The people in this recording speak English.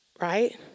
Right